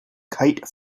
kite